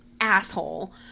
asshole